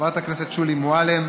חברת הכנסת שולי מועלם,